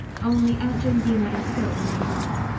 only aunt jamesina and phil remained normal.